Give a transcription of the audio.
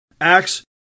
Acts